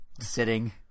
sitting